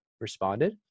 responded